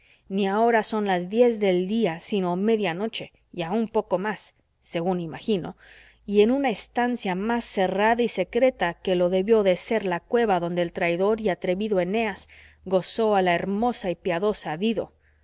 ni ahora son las diez del día sino media noche y aun un poco más según imagino y en una estancia más cerrada y secreta que lo debió de ser la cueva donde el traidor y atrevido eneas gozó a la hermosa y piadosa dido